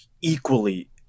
equally